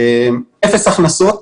אפס הכנסות.